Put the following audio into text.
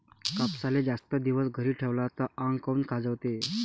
कापसाले जास्त दिवस घरी ठेवला त आंग काऊन खाजवते?